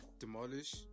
Demolish